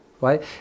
right